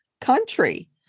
country